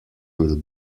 will